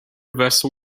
vessel